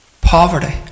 poverty